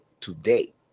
today